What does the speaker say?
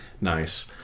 Nice